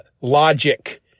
logic